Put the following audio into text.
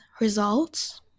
results